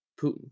Putin